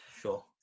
Sure